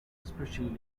especially